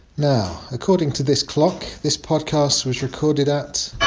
now, according to this clock, this podcast was recorded at.